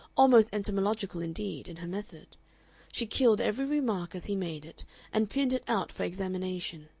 almost entomological indeed, in her method she killed every remark as he made it and pinned it out for examination.